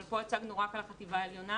אבל פה הצגנו רק על החטיבה העליונה,